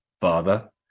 Father